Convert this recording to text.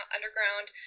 Underground